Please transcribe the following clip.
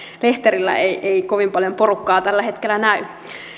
lehterillä ei ei kovin paljon porukkaa tällä hetkellä